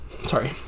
sorry